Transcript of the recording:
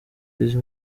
izi